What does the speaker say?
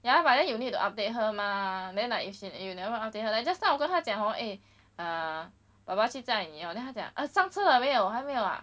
ya but then you need to update her mah then like if you never update her like just now 我跟他讲 hor eh err 爸爸去载在你 hor then 她讲 err 上车了没有还没有啊